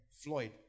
Floyd